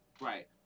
Right